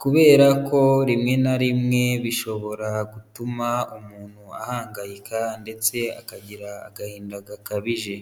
kubera ko rimwe na rimwe bishobora gutuma umuntu ahangayika ndetse akagira agahinda gakabije.